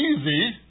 easy